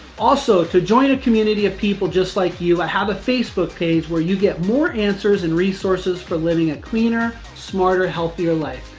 also, to join a community of people just like you, i have a facebook page where you get more answers and resources for living a cleaner, smarter, healthier life.